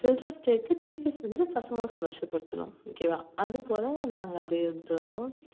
children's டேவுக்கு teachers வந்து பசங்களை சந்தோஷப்படுத்தணும் ஓகேவா அதுபோல நாங்கள் அப்படியே இருந்துவிட்டு வந்தோம்